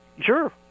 Sure